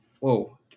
Whoa